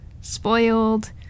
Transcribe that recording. spoiled